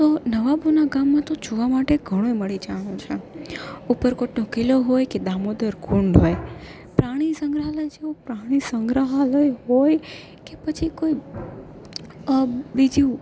તો નવાબોના ગામમાં જોવા માટે ઘણું મળી જવાનું છે ઉપરકોટનો કિલ્લો હોય કે દામોદર કુંડ હોય પ્રાણી સંગ્રહાલય જેવું પ્રાણી સંગ્રહાલય હોય કે પછી કોઈ બીજું